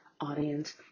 audience